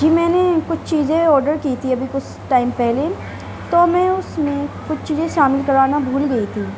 جی میں نے کچھ چیزیں آڈر کی تھیں ابھی کچھ ٹائم پہلے تو میں اس میں کچھ چیزیں شامل کروانا بھول گئی تھی